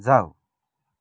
जाऊ